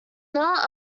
not